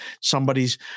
somebody's